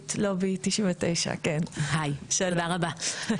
סמנכ"לית לובי 99. תודה רבה.